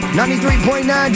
93.9